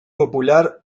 popular